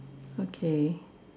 okay